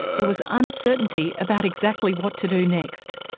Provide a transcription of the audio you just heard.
there was uncertainty about exactly what to do next.